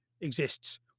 exists